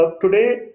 Today